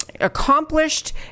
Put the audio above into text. accomplished